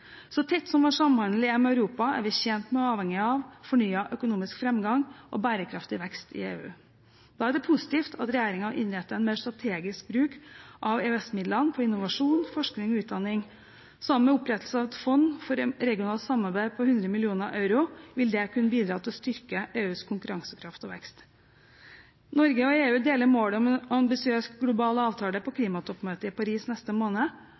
Så tett som vår samhandel er med Europa, er vi tjent med og avhengig av fornyet økonomisk framgang og bærekraftig vekst i EU. Da er det positivt at regjeringen innretter en mer strategisk bruk av EØS-midlene til innovasjon, forskning og utdanning. Sammen med opprettelsen av et fond for et regionalt samarbeid på 100 mill. euro vil det kunne bidra til å styrke EUs konkurransekraft og vekst. Norge og EU deler målet om en ambisiøs global avtale på klimatoppmøtet i Paris neste måned.